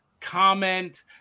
comment